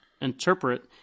interpret